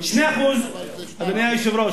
אבל זה 2.5. אדוני היושב-ראש,